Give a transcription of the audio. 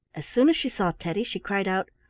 as soon as she saw teddy she cried out,